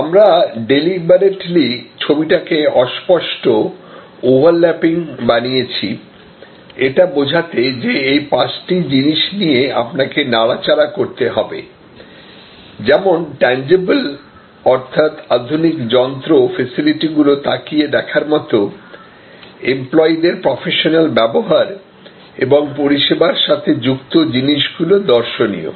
আমরা ডেলিবারেটলি ছবিটাকে অস্পষ্ট ওভারলেপিং বানিয়েছি এটা বোঝাতে যে এই পাঁচটি জিনিস নিয়ে আপনাকে নাড়াচাড়া করতে হবে যেমন ট্যনজিবিল অর্থাৎ আধুনিক যন্ত্র ফেসিলিটি গুলো তাকিয়ে দেখার মত এমপ্লয়ীদের প্রফেশনাল ব্যবহার এবং পরিষেবার সাথে যুক্ত জিনিসগুলি দর্শনীয়